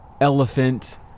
elephant